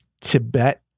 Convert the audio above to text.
Tibet